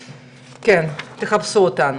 כן, תחפשו אותנו.